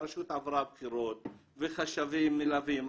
הרשות עברה בחירות וחשבים מלווים,